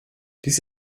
dies